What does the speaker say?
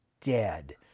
dead